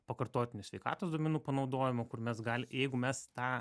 pakartotiniu sveikatos duomenų panaudojimu kur mes gal jeigu mes tą